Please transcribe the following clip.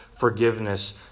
Forgiveness